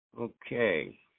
Okay